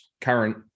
current